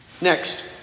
Next